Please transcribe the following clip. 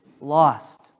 lost